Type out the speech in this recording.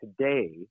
today